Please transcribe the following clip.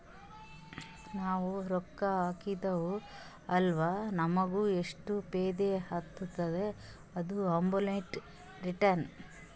ನಾವ್ ರೊಕ್ಕಾ ಹಾಕಿರ್ತಿವ್ ಅಲ್ಲ ನಮುಗ್ ಎಷ್ಟ ಫೈದಾ ಆತ್ತುದ ಅದು ಅಬ್ಸೊಲುಟ್ ರಿಟರ್ನ್